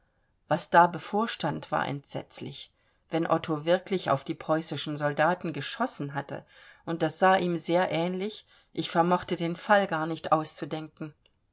was da bevorstand war entsetzlich wenn otto wirklich auf die preußischen soldaten geschossen hatte und das sah ihm sehr ähnlich ich vermochte den fall gar nicht auszudenken